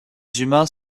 humains